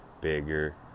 bigger